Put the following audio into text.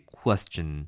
question